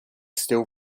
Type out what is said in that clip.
still